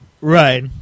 Right